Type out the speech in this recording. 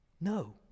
No